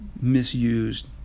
misused